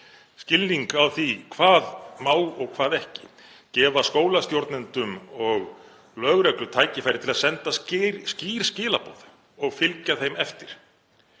skilning á því hvað má og hvað ekki og gefa skólastjórnendum og lögreglu tækifæri til að senda skýr skilaboð og fylgja þeim eftir.